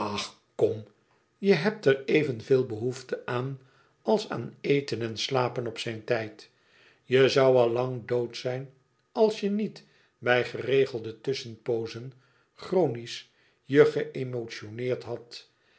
kom je hebt er even veel behoefte aan als aan eten en slapen op zijn tijd je zoû al lang dood zijn als je niet bij geregelde tusschenpoozen chronisch je geëmotioneerd hadt